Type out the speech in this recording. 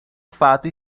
fato